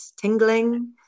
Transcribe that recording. tingling